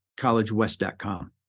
collegewest.com